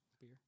Beer